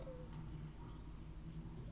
um